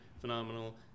phenomenal